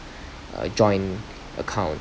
a joint account